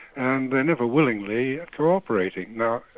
and they are never willingly cooperating. now,